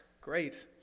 great